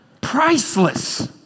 Priceless